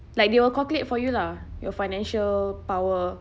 like they will calculate for you lah your financial power